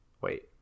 wait